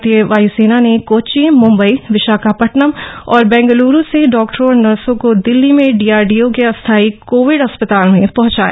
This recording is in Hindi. भारतीय वायुसेना ने कोच्चि मुंबई विशाखापत्तनम और बेंगलुरू से डॉक्टरों और नर्सों को दिल्ली में डीआरडीओ के अस्थायी कोविड अस्पताल में पहुंचाया